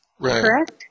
correct